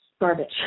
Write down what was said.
garbage